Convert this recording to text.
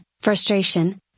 frustration